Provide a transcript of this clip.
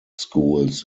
schools